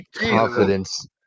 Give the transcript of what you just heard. Confidence